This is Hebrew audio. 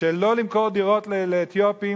לא למכור דירות לאתיופים,